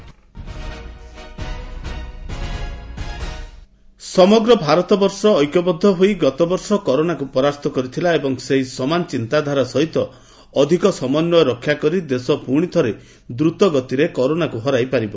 PM Covid ସମଗ୍ର ଭାରତବର୍ଷ ଐକ୍ୟବଦ୍ଧ ହୋଇ ଗତବର୍ଷ କରୋନାକୁ ପରାସ୍ତ କରିଥିଲା ଏବଂ ସେହି ସମାନ ବିଚାରଧାରା ସହିତ ଅଧିକ ସମନ୍ୱୟ ରକ୍ଷାକରି ଦେଶ ପୁଣି ଥରେ ଦ୍ରତଗତିରେ କରୋନାକୁ ହରାଇପାରିବ